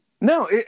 No